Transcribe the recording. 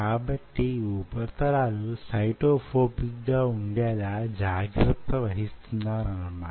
కాబట్టి యీ ఉపరితలాలు సైటో ఫోబిక్ గా ఉండేలా జాగ్రత్త వహిస్తున్నారన్న మాట